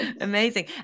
Amazing